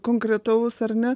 konkretaus ar ne